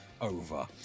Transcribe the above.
over